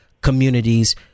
communities